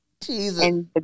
Jesus